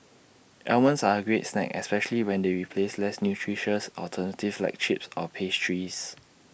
almonds are A great snack especially when they replace less nutritious alternatives like chips or pastries